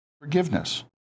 forgiveness